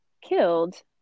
killed